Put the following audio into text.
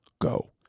go